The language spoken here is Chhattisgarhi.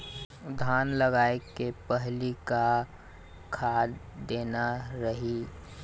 धान लगाय के पहली का खाद देना रही?